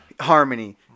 Harmony